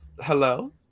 Hello